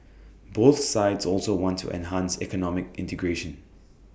both sides also want to enhance economic integration